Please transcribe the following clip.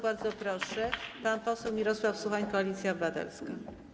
Bardzo proszę, pan poseł Mirosław Suchoń, Koalicja Obywatelska.